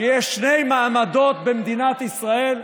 כשיש שני מעמדות במדינת ישראל,